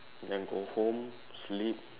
then go home sleep